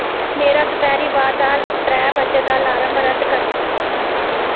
मेरा दपैह्री बाद दा त्रै बजे दा अलार्म रद्द करो